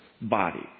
body